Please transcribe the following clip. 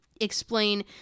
explain